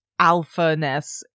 alphaness